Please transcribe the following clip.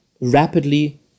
rapidly